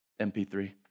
MP3